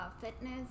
fitness